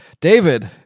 David